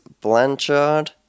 Blanchard